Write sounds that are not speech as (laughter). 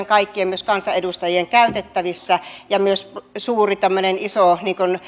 (unintelligible) kaikkien myös kansanedustajien käytettävissä ja myös tämmöinen iso